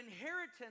inheritance